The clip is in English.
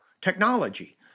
technology